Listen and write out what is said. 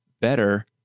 better